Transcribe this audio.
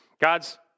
God's